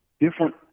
different